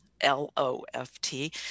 L-O-F-T